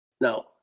Now